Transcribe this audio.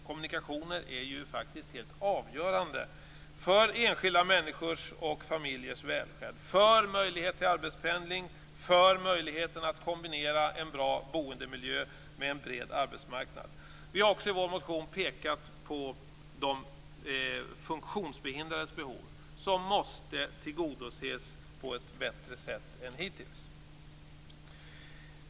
Kommunikationer är ju helt avgörande för enskilda människors och familjers välfärd, för möjlighet till arbetspendling och för möjligheten att kombinera en bra boendemiljö med en bred arbetsmarknad. Vi har också i vår motion pekat på att de funktionshindrades behov måste tillgodoses på ett bättre sätt än hittills.